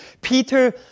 Peter